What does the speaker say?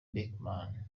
beckham